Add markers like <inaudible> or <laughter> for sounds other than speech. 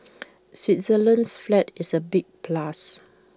<noise> Switzerland's flag is A big plus